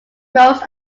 most